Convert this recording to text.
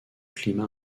climat